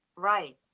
right